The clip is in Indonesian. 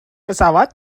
pesawat